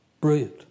Brilliant